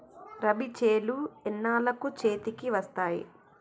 రబీ చేలు ఎన్నాళ్ళకు చేతికి వస్తాయి?